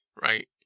right